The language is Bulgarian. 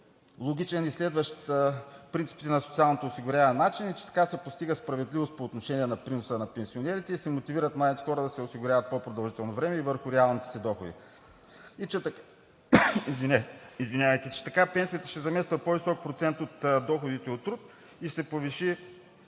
логичен и следващ принципите на социалното осигуряване начин и така се постига справедливост по отношение на приноса на пенсионерите, мотивират се младите хора да се осигуряват по-продължително време и върху реалните си доходи. Така пенсията ще замества по-висок процент от доходите от труд и ще се повиши